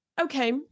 okay